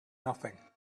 nothing